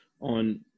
on